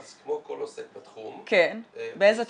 אז כמו כל עוסק בתחום -- באיזה תחום?